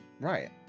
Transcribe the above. right